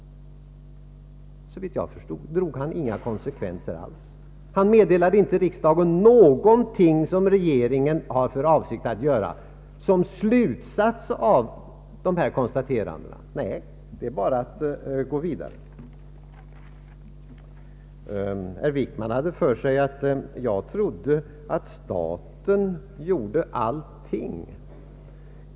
Såvitt jag förstår drar han inga konsekvenser alls. Han meddelade inte riksdagen någonting som regeringen har för avsikt att göra såsom en slut sats av dessa konstateranden. Nej, det är bara att gå vidare. Herr Wickman hade för sig att jag trodde att staten gjorde allting.